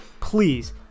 please